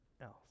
else